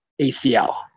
ACL